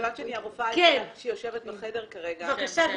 מכיוון שאני הרופאה היחידה שיושבת בחדר כרגע --- בבקשה,